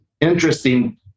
interesting